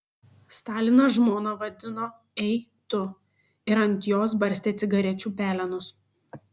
stalinas žmoną vadino ei tu ir ant jos barstė cigarečių pelenus